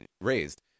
raised